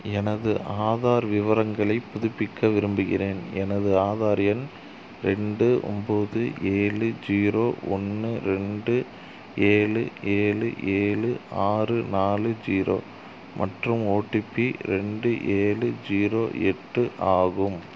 எனது ஆதார் விவரங்களை புதுப்பிக்க விரும்புகிறேன் எனது ஆதார் எண் ரெண்டு ஒம்பது ஏழு ஜீரோ ஒன்று ரெண்டு ஏழு ஏழு ஏழு ஆறு நாலு ஜீரோ மற்றும் ஓடிபி ரெண்டு ஏழு ஜீரோ எட்டு ஆகும்